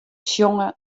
sjonge